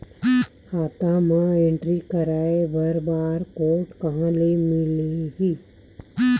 खाता म एंट्री कराय बर बार कोड कहां ले मिलही?